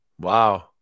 wow